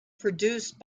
produced